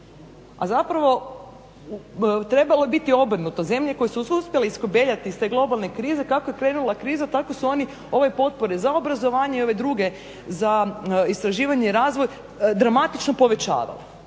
a trebalo je biti obrnuto. Zemlje koje su se uspjele iskobeljati iz te globalne krize kako je krenula kriza tako su oni ove potpore za obrazovanje i ove druge za istraživanje i razvoj dramatično povećavale.